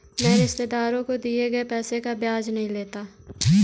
मैं रिश्तेदारों को दिए गए पैसे का ब्याज नहीं लेता